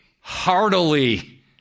heartily